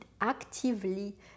actively